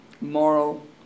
moral